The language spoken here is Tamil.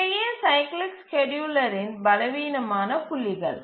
இவையே சைக்கிளிக் ஸ்கேட்யூலரின் பலவீனமான புள்ளிகள்